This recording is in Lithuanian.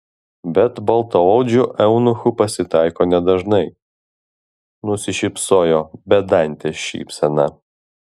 bet baltaodžių eunuchų pasitaiko nedažnai nusišypsojo bedante šypsena